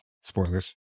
Spoilers